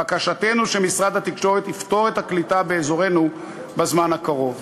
בקשתנו היא שמשרד התקשורת יפתור את בעיית הקליטה באזורנו בזמן הקרוב.